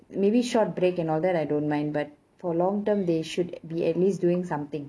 maybe short break and all that I don't mind but for long term they should be at least doing something